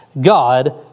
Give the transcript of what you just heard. God